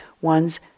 one's